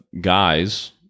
guys